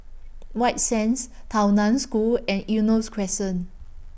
White Sands Tao NAN School and Eunos Crescent